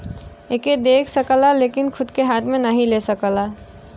एके देख सकला लेकिन खूद के हाथ मे नाही ले सकला